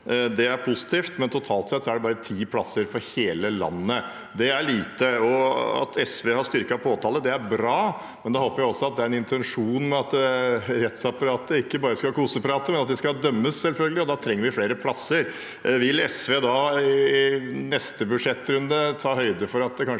Det er positivt, men totalt sett er det bare ti plasser for hele landet. Det er lite. At SV har styrket påtalemyndigheten, er bra, men da håper jeg også at det er en intensjon at rettsapparatet ikke bare skal koseprate, men at de selvfølgelig skal dømme, og da trenger vi flere plasser. Vil SV da i neste budsjettrunde ta høyde for at det kanskje